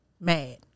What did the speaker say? mad